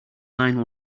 nine